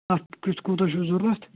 اَتھ کٔژ کویِنٹَل چھُ تۄہہِ ضروٗرت